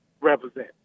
represent